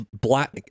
black